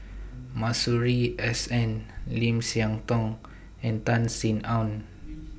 Masuri S N Lim Siah Tong and Tan Sin Aun